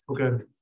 Okay